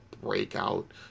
breakout